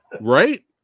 Right